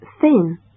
Thin